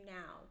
now